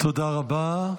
תודה רבה.